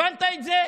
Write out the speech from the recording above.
הבנת את זה?